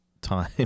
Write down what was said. time